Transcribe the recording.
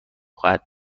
خواهد